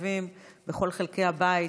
בכל חלקי הבית,